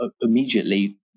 immediately